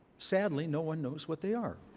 sadly, no one knows what they are.